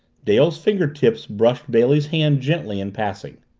dale's finger tips brushed bailey's hand gently in passing.